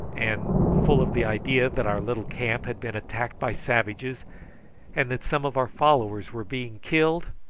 and, full of the idea that our little camp had been attacked by savages and that some of our followers were being killed,